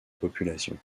population